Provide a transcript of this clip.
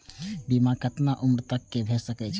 बीमा केतना उम्र तक के भे सके छै?